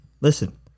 listen